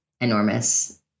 enormous